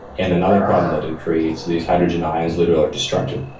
and another problem that it creates, these hydrogen ions literally are destructive.